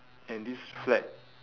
and this flag